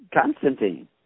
Constantine